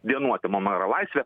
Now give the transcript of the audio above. dienų atimama yra laisvė